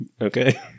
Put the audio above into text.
Okay